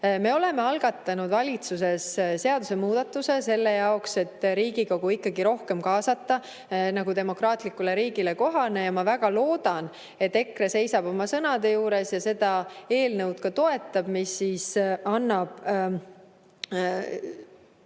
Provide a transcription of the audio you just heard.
Me oleme algatanud valitsuses seadusemuudatuse selle jaoks, et Riigikogu ikkagi rohkem kaasata, nagu demokraatlikule riigile kohane. Ma väga loodan, et EKRE seisab oma sõnade taga ja ka toetab seda eelnõu, mis annab